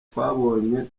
twabonye